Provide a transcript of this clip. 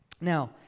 Now